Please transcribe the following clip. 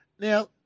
Now